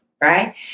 right